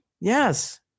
Yes